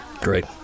Great